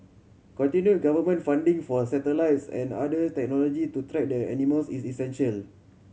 continue government funding for satellites and other technology to track the animals is essential